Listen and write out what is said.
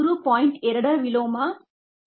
2 ರ ವಿಲೋಮ 0